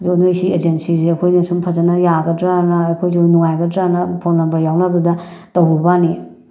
ꯑꯗꯣ ꯅꯣꯏ ꯁꯤ ꯑꯦꯖꯦꯟꯁꯤꯁꯦ ꯑꯩꯈꯣꯏꯅ ꯁꯨꯝ ꯐꯖꯅ ꯌꯥꯒꯗ꯭ꯔꯥꯅ ꯑꯩꯈꯣꯏꯁꯨ ꯅꯨꯡꯉꯥꯏꯒꯗ꯭ꯔꯥꯅ ꯐꯣꯟ ꯅꯝꯕꯔ ꯌꯥꯎꯅꯕꯗꯨꯗ ꯇꯧꯔꯨꯕ ꯋꯥꯅꯤ